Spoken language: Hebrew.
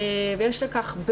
ויש לכך,